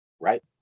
right